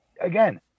Again